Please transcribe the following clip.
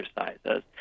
exercises